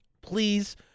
please